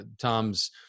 Tom's